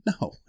No